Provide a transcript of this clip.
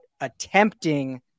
attempting